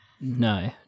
No